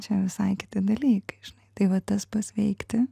čia visai kiti dalykai žinai tai va tas pasveikti